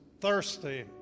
thirsty